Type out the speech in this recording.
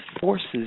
forces